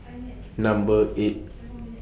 Number eight